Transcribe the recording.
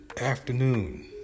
afternoon